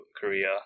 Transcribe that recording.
Korea